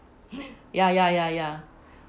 ya ya ya ya